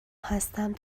هستم